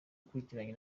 akurikiranye